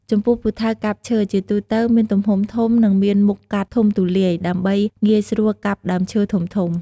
ចំពោះពូថៅកាប់ឈើ ជាទូទៅមានទំហំធំ និងមានមុខកាត់ធំទូលាយ ដើម្បីងាយស្រួលកាប់ដើមឈើធំៗ។